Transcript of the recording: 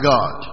God